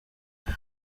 kuko